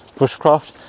bushcraft